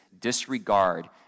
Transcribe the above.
disregard